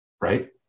right